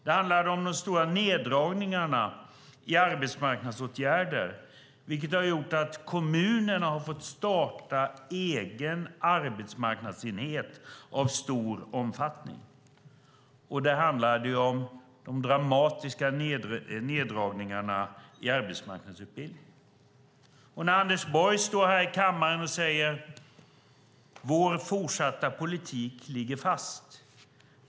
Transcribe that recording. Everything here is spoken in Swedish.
Det handlar om de stora neddragningarna i arbetsmarknadsåtgärder, vilket har gjort att kommunerna har fått starta egen arbetsmarknadsenhet av stor omfattning. Det handlar om de dramatiska neddragningarna i arbetsmarknadsutbildning. Anders Borg står i kammaren och säger: Vår politik ligger fast.